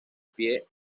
pie